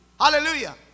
Hallelujah